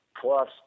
plus